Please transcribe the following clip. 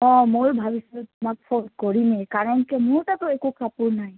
অ মইও ভাবিছিলোঁ তোমাক ফোন কৰিমেই কাৰণ কিয় মোৰ তাতো একো কাপোৰ নাই